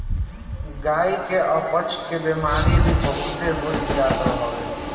गाई के अपच के बेमारी भी बहुते हो जात हवे